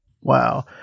Wow